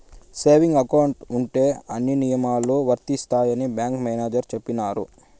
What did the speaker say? saving account ఉంటే అన్ని నియమాలు వర్తిస్తాయని బ్యాంకు మేనేజర్ చెప్పినారు